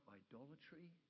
idolatry